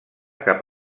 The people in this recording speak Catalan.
cap